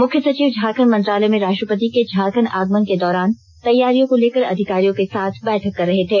मुख्य सचिव झारखंड मंत्रालय में राष्ट्रपति के झारखंड आगमन के दौरान तैयारियों को लेकर अधिकारियों के साथ बैठक कर रहे थे